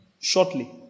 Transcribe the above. shortly